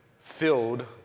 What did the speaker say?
filled